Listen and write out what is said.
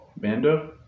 Mando